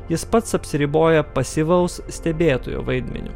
jis pats apsiriboja pasyvaus stebėtojo vaidmeniu